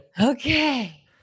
Okay